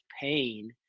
pain